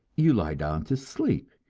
you lie down to sleep,